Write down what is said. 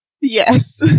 Yes